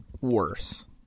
worse